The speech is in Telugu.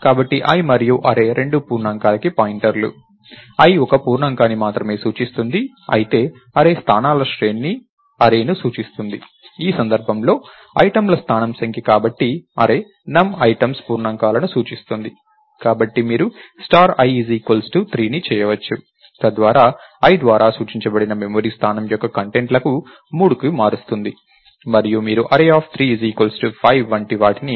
కాబట్టి i మరియు array రెండూ పూర్ణాంకాలకి పాయింటర్లు i ఒక పూర్ణాంకాన్ని మాత్రమే సూచిస్తుంది అయితే అర్రే స్థానాల శ్రేణిని అర్రేని సూచిస్తోంది ఈ సందర్భంలో ఐటెమ్ల స్థానం సంఖ్య కాబట్టి అర్రే num items పూర్ణాంకాలను సూచిస్తోంది కాబట్టి మీరు స్టార్ i 3ని చేయవచ్చు తద్వారా i ద్వారా సూచించబడిన మెమరీ స్థానం యొక్క కంటెంట్లను 3కి మారుస్తుంది మరియు మీరు array3 5 వంటి వాటిని చేయవచ్చు